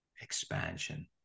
Expansion